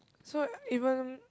so even